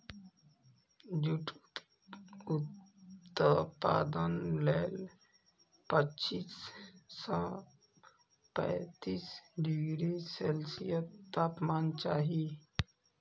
jute उत्पादन लेल पच्चीस सं पैंतीस डिग्री सेल्सियस तापमान चाही